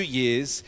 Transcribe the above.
years